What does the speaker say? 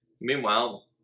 Meanwhile